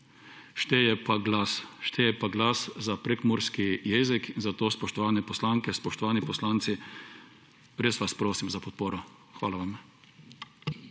šteje pa glas za prekmurski jezik, zato spoštovana poslanke, spoštovani poslanci, res vas prosim za podporo. Hvala vam.